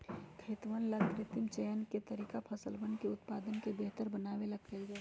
खेतवन ला कृत्रिम चयन के तरीका फसलवन के उत्पादन के बेहतर बनावे ला कइल जाहई